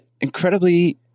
incredibly